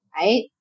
right